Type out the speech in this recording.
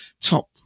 top